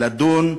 לדון,